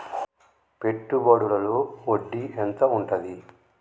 పెట్టుబడుల లో వడ్డీ ఎంత ఉంటది?